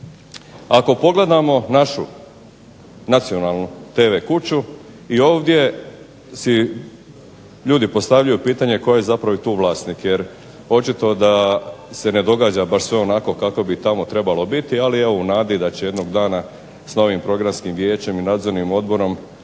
Ako pogledamo našu nacionalnu tv kuću i ovdje si ljudi postavljaju pitanje tko je zapravo i tu vlasnik, jer očito da se ne događa baš sve onako kako bi tamo trebalo biti. Ali evo u nadi da će jednog dana s novim programskim vijećem i nadzornim odborom